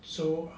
so